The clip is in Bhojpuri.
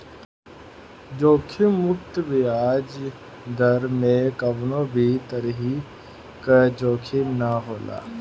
जोखिम मुक्त बियाज दर में कवनो भी तरही कअ जोखिम ना होला